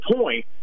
point